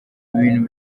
bintu